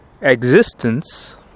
existence